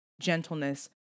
gentleness